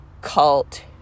cult